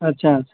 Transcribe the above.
અચ્છા અચ્છા